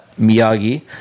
Miyagi